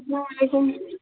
اَسلام وعلیکُم